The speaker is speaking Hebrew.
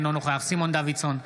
אינו נוכח סימון דוידסון,